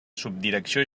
subdirecció